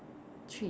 treats